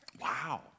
wow